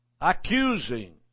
accusing